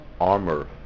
armor